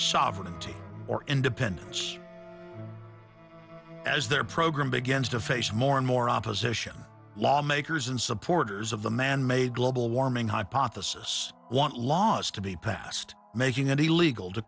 sovereignty or independence as their program begins to face more and more opposition lawmakers and supporters of the manmade global warming hypothesis want laws to be passed making it illegal to